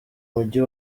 mujyi